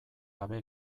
gabe